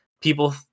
people